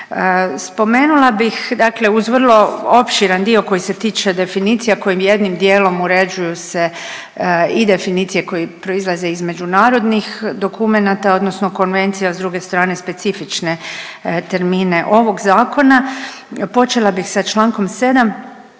Spomenula bih dakle uz vrlo opširan dio koji se tiče definicija kojim jednim dijelom uređuju se i definicije koje proizlaze iz međunarodnih dokumenata odnosno konvencija, a s druge strane specifične termine ovog zakona. Počela bih sa Člankom 7.